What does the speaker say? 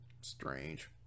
strange